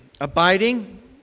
abiding